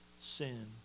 sin